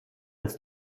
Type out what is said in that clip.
als